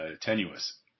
tenuous